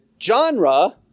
genre